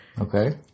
Okay